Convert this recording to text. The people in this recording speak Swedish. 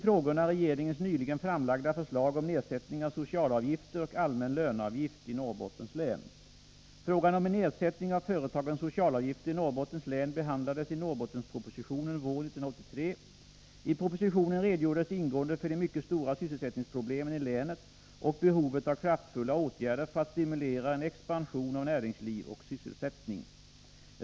Frågan om en nedsättning av företagens socialavgifter i Norrbottens län behandlades i Norrbottenpropositionen våren 1983 . I propositionen redogjordes ingående för de mycket stora sysselsättningsproblemen i länet och behovet av kraftfulla åtgärder för att stimulera en expansion av näringsliv och sysselsättning.